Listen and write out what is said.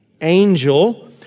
angel